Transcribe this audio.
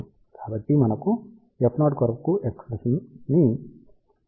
కాబట్టి మనం కొరకు f0 ఎక్ష్ప్రెషన్ ని వ్రాయగలము అది cf0 అని గమనించండి